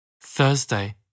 Thursday